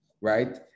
right